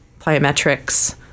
plyometrics